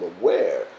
aware